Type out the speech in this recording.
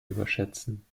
überschätzen